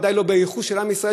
ודאי לא בייחוס של עם ישראל,